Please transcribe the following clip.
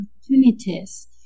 opportunities